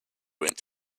went